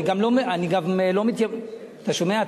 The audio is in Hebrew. אתה שומע?